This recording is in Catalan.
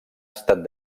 estat